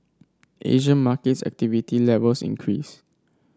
Asian markets activity levels increased